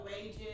wages